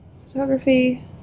Photography